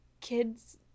kids